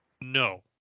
no